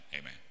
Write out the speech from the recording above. Amen